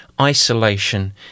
isolation